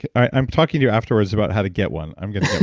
i'm talking to you afterwards about how to get one. i'm gonna